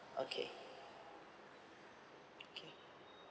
okay okay